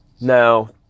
Now